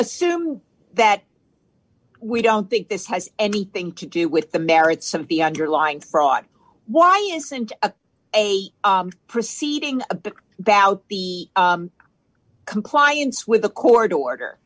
assume that we don't think this has anything to do with the merits of the underlying fraught why isn't a proceeding that out the compliance with a court order